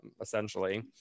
essentially